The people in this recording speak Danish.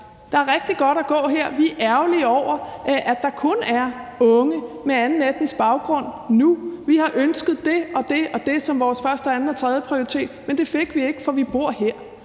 Det er rigtig godt at gå her, men vi er ærgerlige over, at der kun er unge med anden etnisk baggrund nu; vi har ønsket det og det og det som vores første-, anden- og tredjeprioritet, men det fik vi ikke, fordi vi bor her.